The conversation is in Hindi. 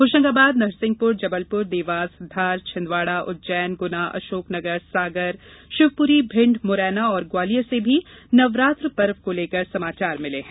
होशंगाबाद नरसिंहपुर जबलपुर देवास धार छिंदवाड़ा उज्जैन गुना अशोकनगर सागर शिवपुरी भिण्ड मुरैना और ग्वालियर से भी नवरात्र पर्व को लेकर समाचार मिले हैं